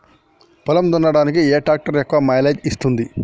పొలం దున్నడానికి ఏ ట్రాక్టర్ ఎక్కువ మైలేజ్ ఇస్తుంది?